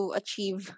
achieve